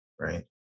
right